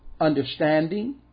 understanding